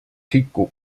tricot